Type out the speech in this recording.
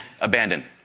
abandon